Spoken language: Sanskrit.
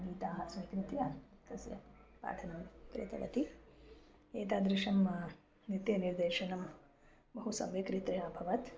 गीतानि स्वीकृत्य कस्य पाठनं कृतवती एतादृशं नित्यनिर्देशनं बहु सम्यक् रीत्या अभवत्